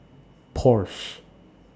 Porsche